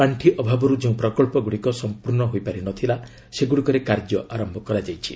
ପାଣ୍ଠି ଅଭାବରୁ ଯେଉଁ ପ୍ରକଳ୍ପଗୁଡ଼ିକ ସଂପର୍ଶ୍ଣ ହୋଇପାରି ନଥିଲା ସେଗୁଡ଼ିକରେ କାର୍ଯ୍ୟ ଆରମ୍ଭ ହୋଇଛି